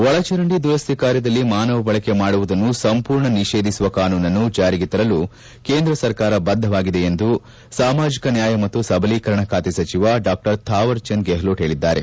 ಒಳಚರಂಡಿ ದುರಸ್ತಿ ಕಾರ್ಯದಲ್ಲಿ ಮಾನವ ಬಳಕೆ ಮಾಡುವುದನ್ನು ಸಂಪೂರ್ಣ ನಿಷೇಧಿಸುವ ಕಾನೂನನ್ನು ಜಾರಿಗೆ ತರಲು ಕೇಂದ್ರ ಸರ್ಕಾರ ಬದ್ದವಾಗಿದೆ ಎಂದು ಸಾಮಾಜಿಕ ನ್ನಾಯ ಮತ್ತು ಸಬಲೀಕರಣ ಖಾತೆ ಸಚಿವ ಡಾ ತಾವರ್ಚಂದ್ ಗೆಹಲೋಟ್ ಹೇಳಿದ್ದಾರೆ